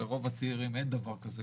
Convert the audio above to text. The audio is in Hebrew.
שלרוב הצעירים אין דבר כזה,